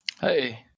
Hey